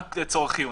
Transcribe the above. גם צורך חיוני,